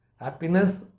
Happiness